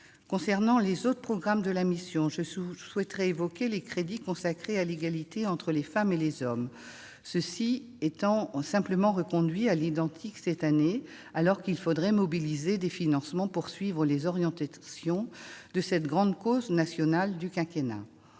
Concernant les autres programmes de la mission, je souhaiterais évoquer les crédits consacrés à l'égalité entre les femmes et les hommes. Ils sont simplement reconduits à l'identique cette année, alors qu'il faudrait mobiliser des financements pour suivre les orientations de cette grande cause nationale du quinquennat.